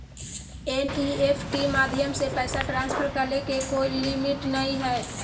NEFT माध्यम से पैसा ट्रांसफर करे के कोय लिमिट नय हय